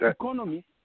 economy